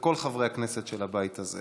וכל חברי הכנסת של הבית הזה